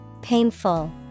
painful